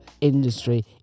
industry